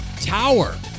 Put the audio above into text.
tower